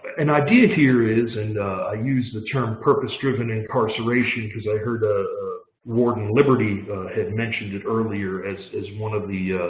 an idea here is and i use the term purpose-driven incarceration because i heard ah warden liberty had mentioned it earlier as as one of the